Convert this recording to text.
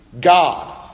God